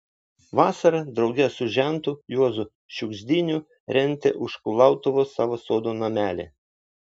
vasarą drauge su žentu juozu šiugždiniu rentė už kulautuvos savo sodo namelį